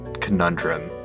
conundrum